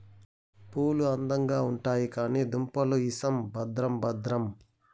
పూలు అందంగా ఉండాయి కానీ దుంపలు ఇసం భద్రం భద్రం